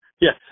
Yes